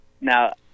now